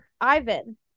Ivan